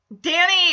Danny